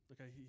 okay